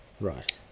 Right